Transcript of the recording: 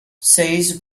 says